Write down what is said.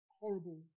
horrible